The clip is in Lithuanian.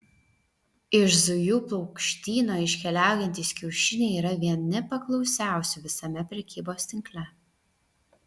iš zujų paukštyno iškeliaujantys kiaušiniai yra vieni paklausiausių visame prekybos tinkle